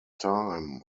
time